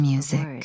Music